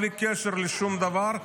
בלי קשר לשום דבר,